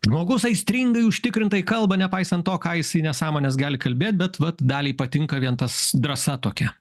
žmogus aistringai užtikrintai kalba nepaisant to ką jisai nesąmones gali kalbėt bet vat daliai patinka vien tas drąsa tokia